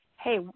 hey